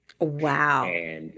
Wow